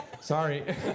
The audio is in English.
Sorry